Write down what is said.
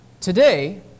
Today